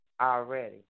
already